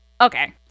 okay